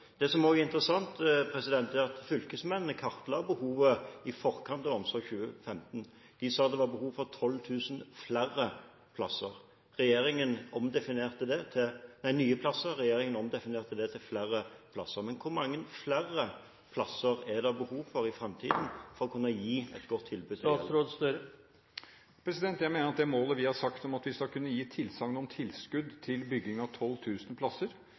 i forkant av Omsorgsplan 2015. De sa det var behov for 12 000 nye plasser. Regjeringen omdefinerte det til flere plasser. Men hvor mange flere plasser er det behov for i framtiden for å kunne gi et godt tilbud? Jeg mener at målet om at vi skal kunne gi tilsagn om tilskudd til bygging av 12 000 plasser,